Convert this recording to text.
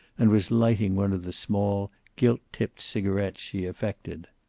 and was lighting one of the small, gilt-tipped cigarets she affected.